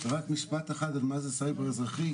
רק משפט אחד על מה זה סייבר אזרחי,